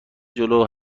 جلو